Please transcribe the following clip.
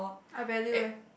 I value eh